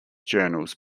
journals